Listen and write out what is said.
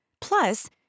Plus